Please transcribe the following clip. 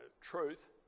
truth